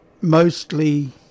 mostly